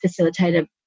facilitator